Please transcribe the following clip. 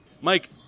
Mike